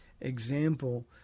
example